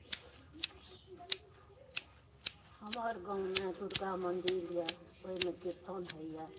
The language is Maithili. हमर गाममे दुरगा मन्दिर यऽ ओहिमे किरतन होइए